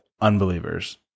unbelievers